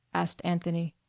asked anthony.